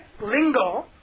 lingo